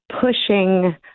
pushing